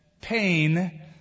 Pain